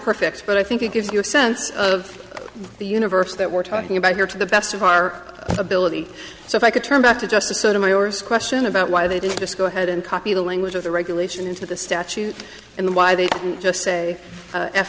perfect but i think it gives you a sense of the universe that we're talking about here to the best of our ability so if i could turn back to just a sort of my horse question about why they didn't just go ahead and copy the language of the regulation into the statute and why they didn't just say